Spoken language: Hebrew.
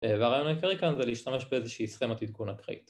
והרעיון העיקרי כאן זה להשתמש באיזושהי סכמת עדכון אקראית